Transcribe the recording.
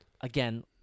again